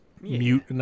Mute